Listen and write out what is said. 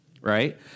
Right